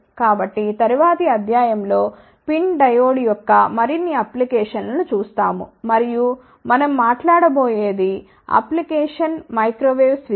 కాబట్టి తరువాతి అధ్యాయం లో PIN డయోడ్ యొక్క మరిన్ని అప్లికేషన్స్ ను చూస్తాము మరియు మనం మాట్లాడబోయేది అప్లికేషన్ మైక్రోవేవ్ స్విచ్లు